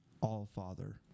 All-Father